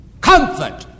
comfort